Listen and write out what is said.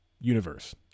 universe